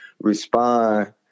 respond